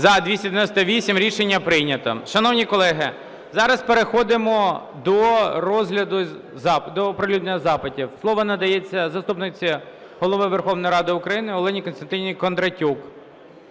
За-298 Рішення прийнято. Шановні колеги, зараз переходимо до оприлюднення запитів. Слово надається заступниці Голови Верховної Ради України Олені Костянтинівні Кондратюк.